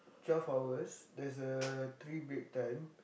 twelve hours there's uh three break time